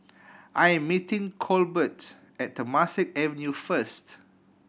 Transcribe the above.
I am meeting Colbert at Temasek Avenue first